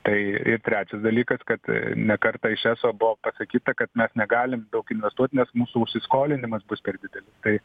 tai ir trečias dalykas kad ne kartą iš eso buvo pasakyta kad mes negalim daug investuot nes mūsų įsiskolinimas bus per didelis tai